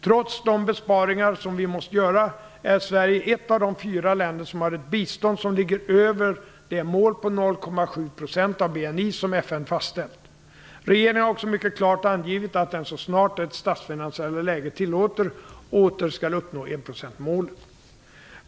Trots de besparingar som vi måste göra är Sverige ett av de fyra länder som har ett bistånd som ligger över det mål på 0,7 % av BNI som FN fastställt. Regeringen har också mycket klart angivit att den, så snart det statsfinansiella läget tillåter, åter skall uppnå enprocentsmålet.